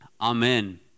amen